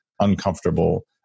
uncomfortable